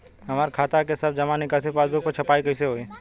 हमार खाता के सब जमा निकासी पासबुक पर छपाई कैसे होई?